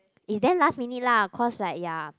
is damn last minute lah cause like ya